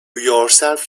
yourself